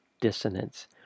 dissonance